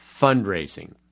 fundraising